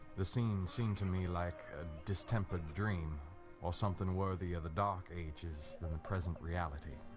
the scene seemed to me like a distempered dream or something worthy of the dark ages than the present reality.